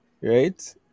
right